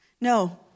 No